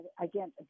Again